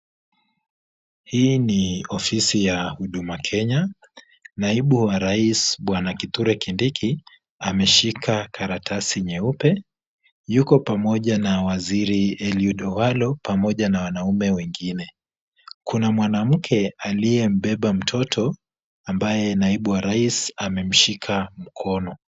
Hii ni ofisi ya Huduma Kenya. Naibu wa rais Bwana Kithure Kindiki ameshika karatasi nyeupe. Yuko pamoja na waziri Eliud Owalo pamoja na wanaume wengine. Kuna mwanamke aliyembeba mtoto ambaye naibu wa rais amemshika mkono.